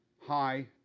hi